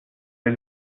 les